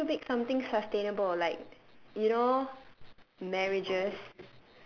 so how do you make something sustainable like you know marriages